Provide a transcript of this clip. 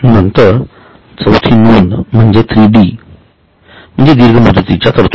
नंतर चौथी नोंद म्हणजे 3 डी म्हणजे दीर्घ मुदतीच्या तरतुदी